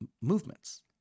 movements